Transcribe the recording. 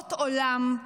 זוועות עולם,